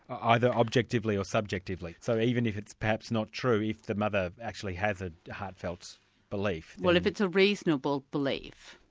either objectively or subjectively, so even if it's perhaps not true, if the mother actually has a heartfelt belief. well if it's a reasonable belief,